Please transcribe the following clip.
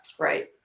Right